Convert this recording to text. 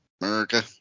America